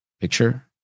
Picture